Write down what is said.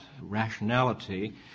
rationality